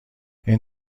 این